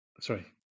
Sorry